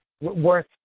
worth